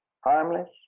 harmless